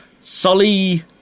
Sully